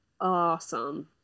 awesome